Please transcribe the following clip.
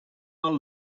are